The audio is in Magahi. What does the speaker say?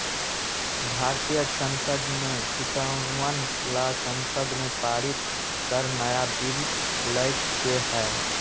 भारतीय संसद ने किसनवन ला संसद में पारित कर नया बिल लय के है